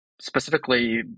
specifically